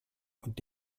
und